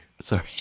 Sorry